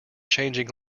changing